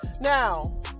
Now